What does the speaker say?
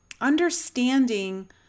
understanding